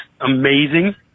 amazing